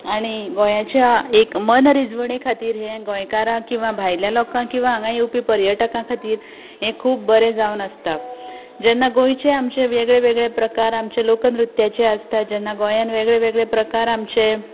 आनी गोंयच्या एक मनरिजवणे खातीर हें गोंयकारांक किंवां भायले लोकांक हांगा येवपी पर्यटकां खातीर हें खूब बरें जावन आसता जेन्ना गोंयचे आमचे वेगळे वेगळे प्रकार आमचे लोकनृत्याचें आसता तेन्ना गोंयांत वेगळे वेगळे प्रकार आमचे